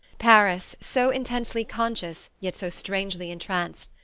paris, so intensely conscious yet so strangely entranced,